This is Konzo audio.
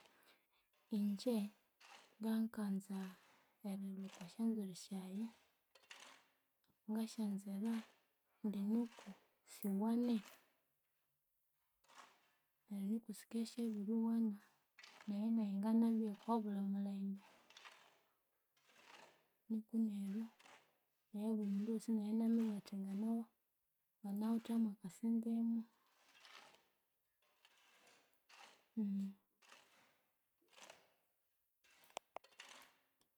Ingye nganganza erilhukwa esyanzwiri syayi ngasyanzira indinuku siwane neryu sikebyasyabiriwana nenayi nganabya okwabulimulembe. Nuku neryu nayi bulimundu wosi inaminyathi ngana nganawithemu akasentemu